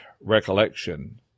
recollection